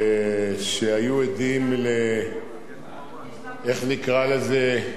שהיו עדים, איך נקרא לזה?